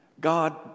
God